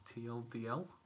TLDL